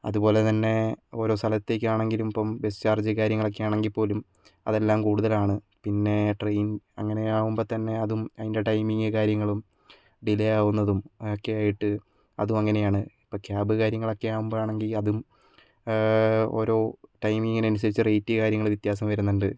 അതുപോലെതന്നെ ഓരോ സ്ഥലത്തേയ്ക്കാണെങ്കിലും ഇപ്പം ബസ്സ് ചാർജ് കാര്യങ്ങളൊക്ക ആണെങ്കിൽപ്പോലും അതെല്ലാം കൂടുതലാണ് പിന്നെ ട്രയിൻ അങ്ങനെ ആകുമ്പോൾത്തന്നെ അതും അതിൻ്റെ ടൈമിംഗ് കാര്യങ്ങളും ഡിലെ ആകുന്നതും ഒക്കെ ആയിട്ട് അതും അങ്ങനെയാണ് ഇപ്പോൾ ക്യാമ്പ് കാര്യങ്ങളൊക്ക ആകുമ്പോഴാണെങ്കിൽ അതും ഓരോ ടൈമിംഗിന് അനുസരിച്ച് റേറ്റ് കാര്യങ്ങൾ വ്യത്യാസം വരുന്നുണ്ട്